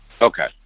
Okay